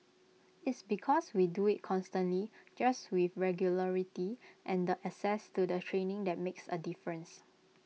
its because we do IT constantly just with regularity and the access to the training that makes A difference